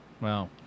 Wow